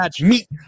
Meat